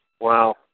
Wow